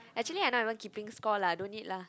actually I not even keeping score lah no need lah